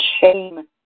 shame